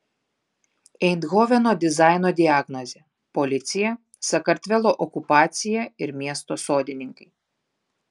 eindhoveno dizaino diagnozė policija sakartvelo okupacija ir miesto sodininkai